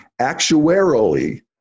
actuarially